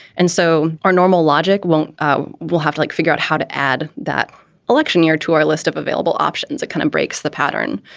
and so our normal logic won't we'll have to like figure out how to add that election year to our list of available options. it kind of breaks the pattern.